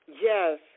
yes